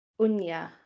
unya